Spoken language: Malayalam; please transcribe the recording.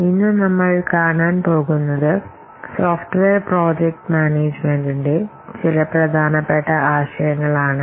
ഇന്നു നമ്മൾ കാണാൻ പോകുന്നത് സോഫ്റ്റ്വെയെർ പ്രോജക്ട് മാനേജ്മെന്റിന്റെ ചില പ്രധാനപ്പെട്ട ആശയങ്ങൾ ആണ്